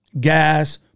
gas